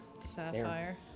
Sapphire